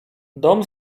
dom